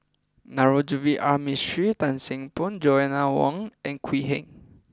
Navroji R Mistri Tan Seng Poh and Joanna Wong and Quee Heng